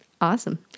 Awesome